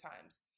times